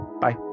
Bye